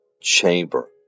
chamber